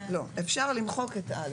לפי הבדיקה שלנו באתר נכון לאתמול,